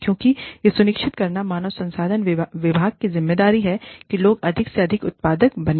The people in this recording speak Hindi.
क्योंकि यह सुनिश्चित करना मानव संसाधन विभाग की ज़िम्मेदारी है कि लोग अधिक से अधिक उत्पादक बने